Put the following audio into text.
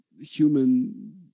human